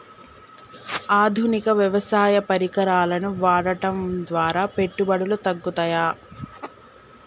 ఆధునిక వ్యవసాయ పరికరాలను వాడటం ద్వారా పెట్టుబడులు తగ్గుతయ?